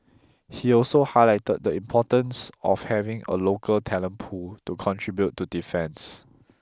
he also highlighted the importance of having a local talent pool to contribute to defence